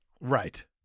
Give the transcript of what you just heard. Right